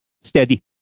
steady